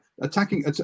Attacking